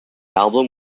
album